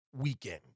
Weekend